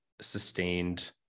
sustained